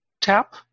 tap